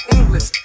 English